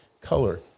color